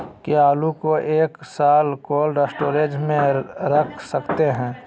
क्या आलू को एक साल कोल्ड स्टोरेज में रख सकते हैं?